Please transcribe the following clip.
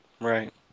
Right